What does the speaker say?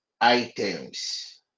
items